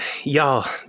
Y'all